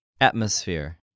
Atmosphere